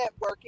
networking